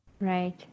Right